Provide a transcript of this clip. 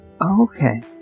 Okay